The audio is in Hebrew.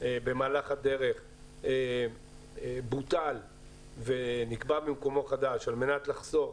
במהלך הדרך בוטל ונקבע במקומו חדש על-מנת לחסוך